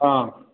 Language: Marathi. हां